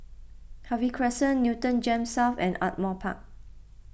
Harvey Crescent Newton Gems South and Ardmore Park